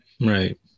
right